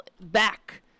back